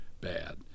bad